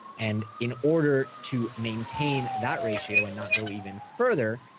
and in order to maintain that ratio and not go even further,